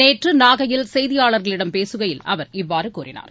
நேற்று நாகையில் செய்தியாளர்களிடம் பேசுகையில் அவர் இவ்வாறு கூறினார்